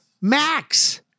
Max